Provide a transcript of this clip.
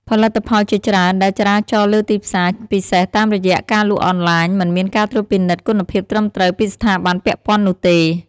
ផលិតផលជាច្រើនដែលចរាចរណ៍លើទីផ្សារ ពិសេសតាមរយៈការលក់អនឡាញ មិនមានការត្រួតពិនិត្យគុណភាពត្រឹមត្រូវពីស្ថាប័នពាក់ព័ន្ធនោះទេ។